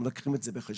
אם לוקחים את זה בחשבון?